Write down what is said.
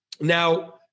now